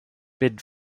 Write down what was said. bid